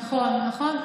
נכון, נכון.